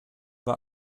war